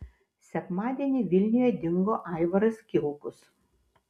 sekmadienį vilniuje dingo aivaras kilkus